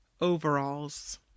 overalls